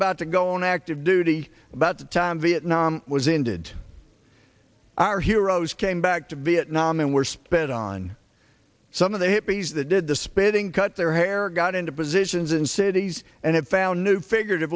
about to go on active duty about the time vietnam was in did our heroes came back to vietnam and were spent on some of the hippies that did the spending cut their hair got into positions in cities and have found new figur